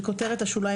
(א)בכותרת השוליים,